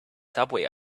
subway